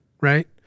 right